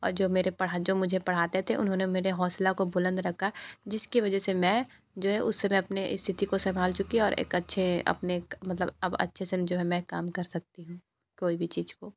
और जो मेरे पढ़ा जो मुझे पढ़ाते थे उन्होंने मेरे हौंसले को बुलंद रखा जिसकी वजह से मैं जो है उस समय अपनी स्थिति को संभाल चुकी और एक अच्छे अपने एक मतलब अब अच्छे से जो है मैं काम कर सकती हूँ कोई भी चीज़ को